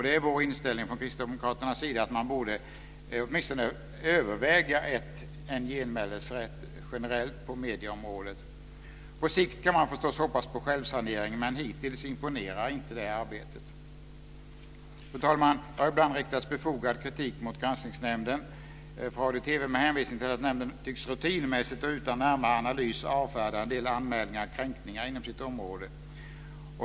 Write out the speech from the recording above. Det är vår inställning från Kristdemokraternas sida att man borde åtminstone överväga en genmälesrätt generellt på medieområdet. På sikt kan man förstås hoppas på självsanering, men hittills imponerar inte det arbetet. Fru talman! Det har ibland riktats befogad kritik mot Granskningsnämnden för radio och TV med hänvisning till att nämnden tycks rutinmässigt och utan närmare analys avfärda en del anmälningar och kränkningar inom sitt område.